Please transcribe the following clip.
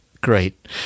Great